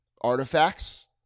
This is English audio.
artifacts